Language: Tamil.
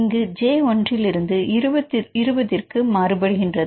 இங்கு j ஒன்றிலிருந்து 20 இருபதிற்கு மாறுபடுகின்றது